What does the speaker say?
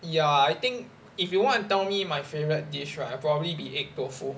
ya I think if you want to tell me my favourite dish right I'll probably be egg tofu